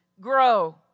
grow